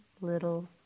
little